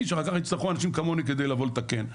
שאחר כך יצטרכו אנשים כמוני כדי לבוא לתקן,